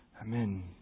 Amen